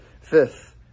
fifth